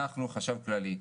אנחנו חשב כללי,